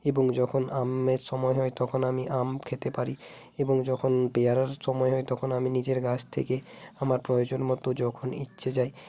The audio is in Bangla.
এবং যখন আমের সময় হয় তখন আমি আম খেতে পারি এবং যখন পেয়ারার সময় হয় তখন আমি নিজের কাছ থেকে আমার প্রয়োজন মতো যখন ইচ্ছে যায়